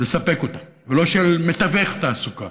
לספק אותה, ולא של מתווך תעסוקה,